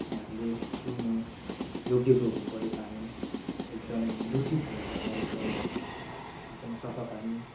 जसमा हामीले पिउनु योग्यको हुनु पऱ्यो पानी एकदम दूषित हुनु भएन एकदम एकदम सफा पानी